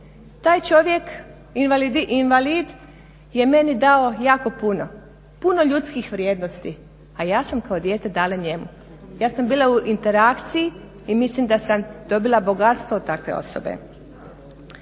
Taj čovjek invalid je meni dao jako puno, puno ljudskih vrijednosti, a ja sam kao dijete dala njemu. Ja sam bila u interakciji i mislim da sam dobila bogatstvo od takve osobe.